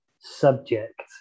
subject